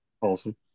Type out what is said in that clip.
Awesome